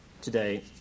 today